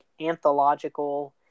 anthological